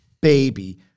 baby